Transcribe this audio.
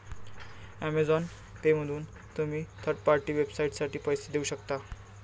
Amazon पेमधून तुम्ही third party वेबसाइटसाठी पैसे देऊ शकता